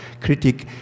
critic